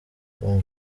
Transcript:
com